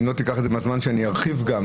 אם לא תיקח את זה מהזמן שאני ארחיב פה,